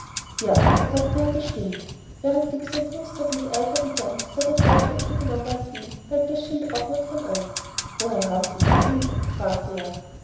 ja sagte er bestimmt während dick sein kunstwerk mit eifer begann sah der breitschulterige mann bald ihn bald das schild aufmerksam an woher haben sie das ding fragte er